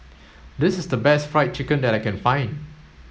this is the best fried chicken that I can find